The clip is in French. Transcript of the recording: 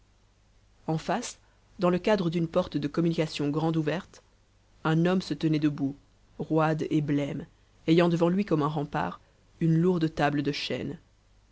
en face dans le cadre d'une porte de communication grande ouverte un homme se tenait debout roide et blême ayant devant lui comme un rempart une lourde table de chêne